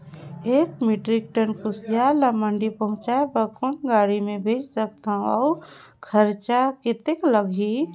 एक metric tonne कुसियार ल मंडी पहुंचाय बर कौन गाड़ी मे भेज सकत हव अउ खरचा कतेक लगही?